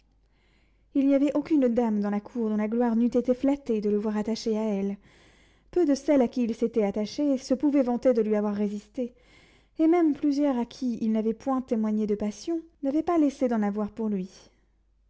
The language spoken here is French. il n'y avait aucune dame dans la cour dont la gloire n'eût été flattée de le voir attaché à elle peu de celles à qui il s'était attaché se pouvaient vanter de lui avoir résisté et même plusieurs à qui il n'avait point témoigné de passion n'avaient pas laissé d'en avoir pour lui